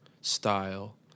style